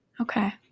Okay